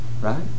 Right